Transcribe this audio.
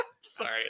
sorry